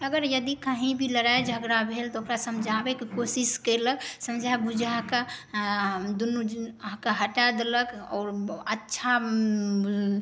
अगर यदि कहीँ भी लड़ाइ झगड़ा भेल तऽ ओकरा समझाबैके कोशिश केलक समझा बुझाके आ दुन्नूके हटा देलक आओर अच्छा